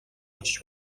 очиж